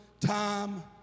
time